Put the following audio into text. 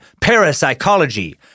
parapsychology